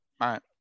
right